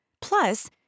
Plus